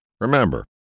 Remember